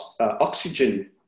oxygen